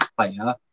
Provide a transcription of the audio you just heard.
player